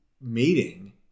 meeting